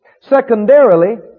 secondarily